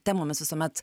temomis visuomet